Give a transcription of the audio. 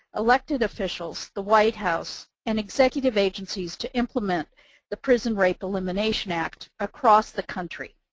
elected officials, the white house, and executive agencies to implement the prison rape elimination act across the country.